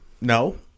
No